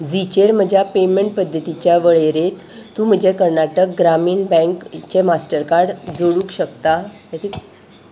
झीचेर म्हज्या पेमेंट पद्दतीच्या वळेरेंत तूं म्हजें कर्नाटक ग्रामीण बँकचें मास्टरकार्ड जोडूंक शकता